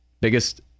biggest